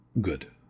good